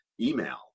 email